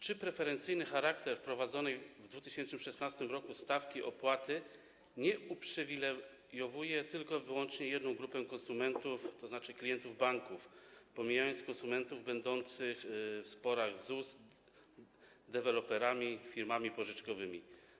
Czy preferencyjny charakter wprowadzonej w 2016 r. stawki opłaty nie uprzywilejowuje tylko i wyłącznie jednej grupy konsumentów, tzn. klientów banków, z pominięciem konsumentów będących w sporach z ZUS, deweloperami, firmami pożyczkowymi?